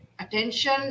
attention